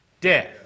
Death